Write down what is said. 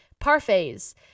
parfaits